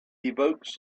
evokes